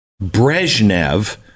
Brezhnev